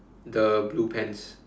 the blue pants